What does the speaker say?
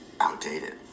outdated